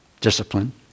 discipline